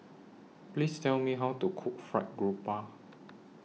Please Tell Me How to Cook Fried Garoupa